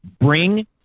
Bring